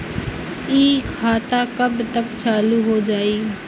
इ खाता कब तक चालू हो जाई?